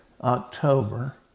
October